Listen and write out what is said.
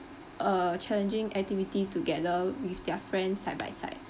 err challenging activity together with their friends side by side